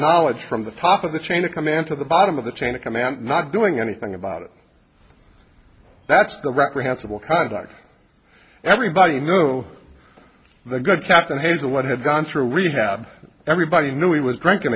knowledge from the top of the chain of command to the bottom of the chain of command not doing anything about it that's the reprehensible conduct everybody knew the good captain hazelwood had gone through rehab everybody knew he was drinking